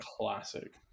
classic